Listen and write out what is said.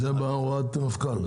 זה בהוראת מפכ"ל.